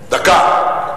דקה.